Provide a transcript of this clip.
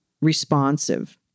responsive